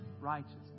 righteousness